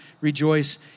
rejoice